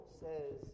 says